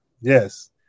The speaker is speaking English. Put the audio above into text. Yes